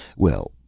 well,